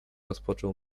rozpoczął